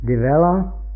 Develop